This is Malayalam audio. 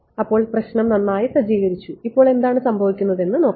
അതിനാൽ നമ്മൾ പ്രശ്നം നന്നായി സജ്ജീകരിച്ചു ഇപ്പോൾ എന്താണ് സംഭവിക്കുന്നതെന്ന് നോക്കാം